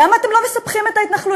למה אתם לא מספחים את ההתנחלויות?